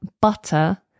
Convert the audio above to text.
butter